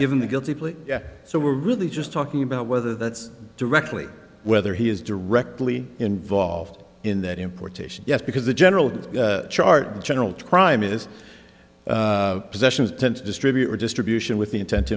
given the guilty plea so we're really just talking about whether that's directly whether he is directly involved in that importation yes because the general chart in general to crime is possessions tend to distribute redistribution with the intent to